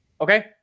Okay